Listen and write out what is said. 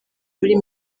muri